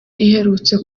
iherutse